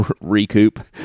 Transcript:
recoup